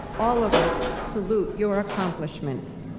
all of us salute your accomplishments.